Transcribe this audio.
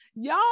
y'all